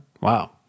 Wow